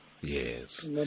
Yes